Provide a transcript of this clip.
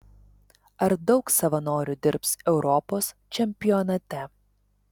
ar daug savanorių dirbs europos čempionate